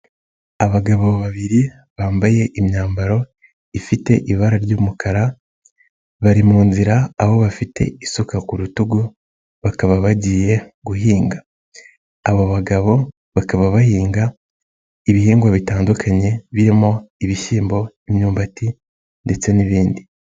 Abagabo babiri bambaye imyambaro ifite ibara ry'umukara bari mu nzira aho bafite isuka ku rutugu bakaba bagiye guhinga, aba bagabo bakaba bahinga ibihingwa bitandukanye birimo ibishyimbo, imyumbati ndetse n'ibindi.